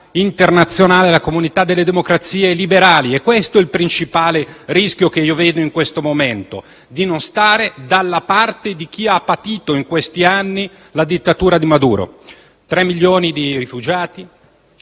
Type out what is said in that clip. internazionale, la comunità delle democrazie liberali: è questo il principale rischio che vedo in questo momento, di non stare dalla parte di chi ha patito in questi anni la dittatura di Maduro. Parliamo di tre milioni